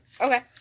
Okay